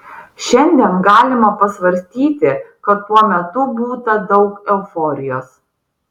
šiandien galima pasvarstyti kad tuo metu būta daug euforijos